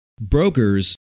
brokers